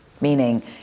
Meaning